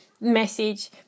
message